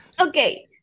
okay